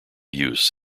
use